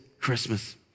Christmas